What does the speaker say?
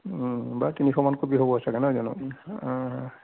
অঁ বা তিনিশমান ক'পি হ'ব চাগৈ নহয় জানো অঁ